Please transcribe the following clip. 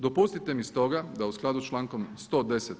Dopustite mi stoga da u skladu s člankom 110.